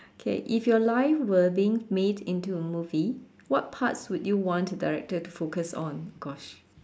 K if your life were being made into a movie what parts do you want the director to focus on gosh